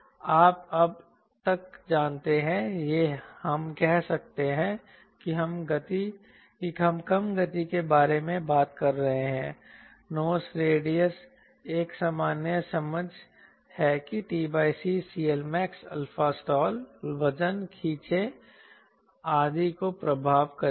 आप अब तक जानते हैं यह हम कहते हैं कि हम कम गति के बारे में बात कर रहे हैं नोस रेडियस एक सामान्य समझ है कि t c CLmax α स्टाल वजन खींचें आदि को प्रभावित करेगा